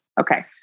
Okay